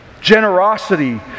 Generosity